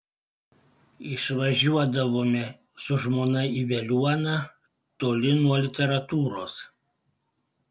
išvažiuodavome su žmona į veliuoną toli nuo literatūros